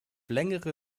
längere